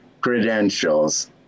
credentials